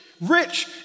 rich